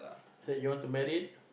I said you want to married